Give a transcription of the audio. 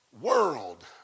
world